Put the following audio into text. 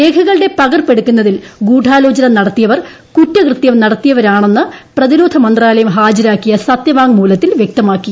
രേഖകളുടെ പകർപ്പെടുക്കുന്നതിൽ ഗൂഡാലോചന നടത്തിയവർ കുറ്റകൃത്യം നടത്തിയവരാണെന്ന് പ്രതിരോധ മന്ത്രാലയം ഹാജരാക്കിയ സത്യവാങ്മൂലത്തിൽ വൃക്തമാക്കി